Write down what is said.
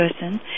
person